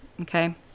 Okay